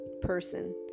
person